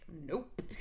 nope